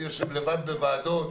אני יושב לבד בוועדות,